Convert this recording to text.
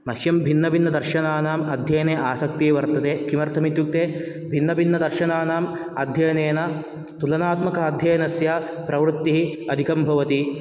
मह्यं भिन्न भिन्न दर्शनानाम् अध्ययने आसक्ति वर्तते किमर्थम् इत्युक्ते भिन्न भिन्न दर्शनानाम् अध्ययनेन तुलनात्मक अध्ययनस्य प्रवृत्तिः अधिकं भवति